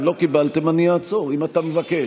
אם לא קיבלתם, אני אעצור אם אתה מבקש.